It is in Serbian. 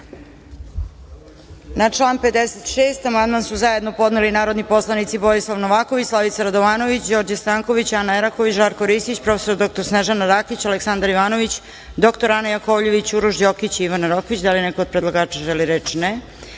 član 56. amandman su zajedno podneli narodni poslanici Borislav Novaković, Slavica Radovanović, Đorđe Stanković, Ana Eraković, Žarko Ristić, prof. dr Snežana Rakić, Aleksandar Ivanović, dr Ana Jakovljević, Uroš Đokić i Ivana Rokvić. Da li neko od predlagača želi reč?